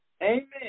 Amen